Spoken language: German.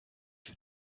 für